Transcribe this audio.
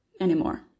anymore